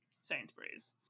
Sainsbury's